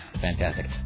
fantastic